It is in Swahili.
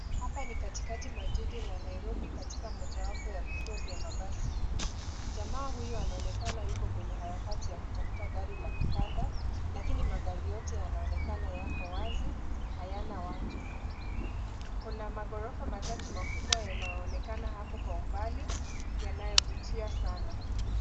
Hapa ni katikati mwa jiji la Nairobi katika mojawapo ya vituo vya mabasi. Jamaa huyu anaonekana yuko kwenye harakati ya kutafuta gari la kupanda, lakini magari yote yanaonekana yako wazi, hayana watu. Kuna magorofa matatu yanayoonekana kwa umbali, yanayovutia sana.